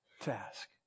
task